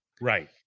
Right